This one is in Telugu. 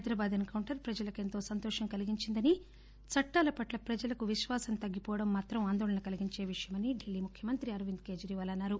హైదరాబాద్ ఎన్కౌంటర్ ప్రపజలకు ఎంతో సంతోషం కలిగించిందని అయితే చట్టాల పట్ల వారికి విశ్వాసం తగ్గిపోవడం ఆందోళన కలిగించే విషయమని ఢిల్లీ ముఖ్యమంత్రి అరవింద్ కేజరీవాల్ అన్నారు